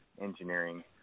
engineering